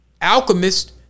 Alchemist